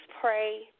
Pray